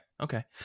okay